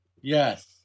Yes